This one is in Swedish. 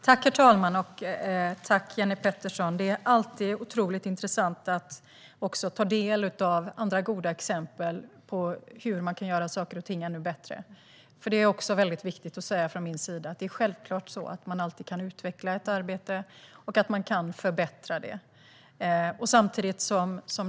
Herr talman! Det är alltid otroligt intressant att ta del av andra goda exempel på hur man kan göra saker och ting ännu bättre. Det är också viktigt att säga från min sida att man självklart alltid kan utveckla ett arbete och förbättra det.